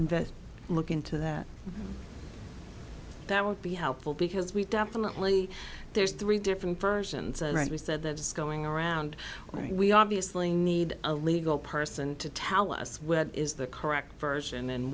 invest and look into that that would be helpful because we definitely there's three different versions i rightly said that's going around we obviously need a legal person to tell us what is the correct version and